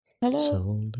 Hello